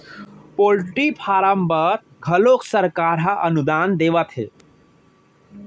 poultry farm बर घलोक सरकार ह अनुदान देवत हे